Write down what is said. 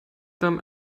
them